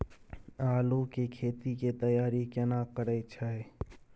आलू के खेती के तैयारी केना करै छै?